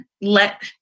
let